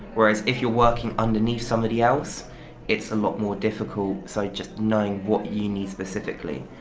whereas if you're working underneath somebody else it's a lot more difficult, so, just knowing what you need specifically.